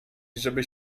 żeby